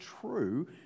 true